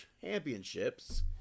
Championships